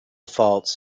faults